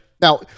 Now